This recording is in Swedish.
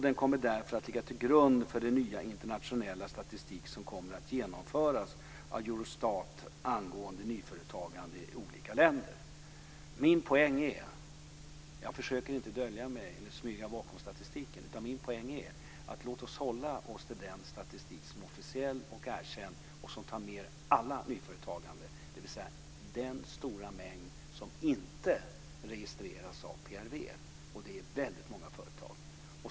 Den kommer därför att ligga till grund för den nya internationella statistik som kommer att tas fram av Eurostat angående nyföretagande i olika länder. Jag försöker inte att dölja mig eller smyga bakom statistiken. Min poäng är: Låt oss hålla oss till den statistik som är officiell och erkänd och som tar med allt nyföretagande, dvs. den stora mängd som inte registreras av PRV. Det är väldigt många företag.